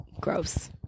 Gross